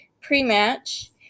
pre-match